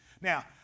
Now